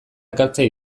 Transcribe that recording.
ekartzen